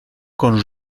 con